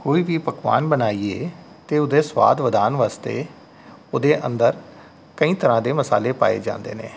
ਕੋਈ ਵੀ ਪਕਵਾਨ ਬਣਾਈਏ ਤਾਂ ਉਹਦੇ ਸਵਾਦ ਵਧਾਉਣ ਵਾਸਤੇ ਉਹਦੇ ਅੰਦਰ ਕਈ ਤਰ੍ਹਾਂ ਦੇ ਮਸਾਲੇ ਪਾਏ ਜਾਂਦੇ ਨੇ